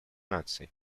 наций